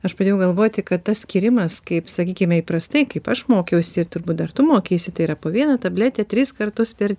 aš pradėjau galvoti kad tas tyrimas kaip sakykime įprastai kaip aš mokiausi ir turbūt dar tu mokeisi tai yra po vieną tabletę tris kartus per